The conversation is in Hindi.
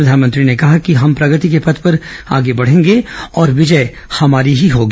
प्रधानमंत्री ने कहा कि हम प्रगति के पथ पर आगे बढ़ेंगे और विजय हमारी ही होगी